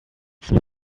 some